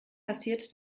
passiert